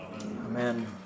Amen